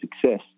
success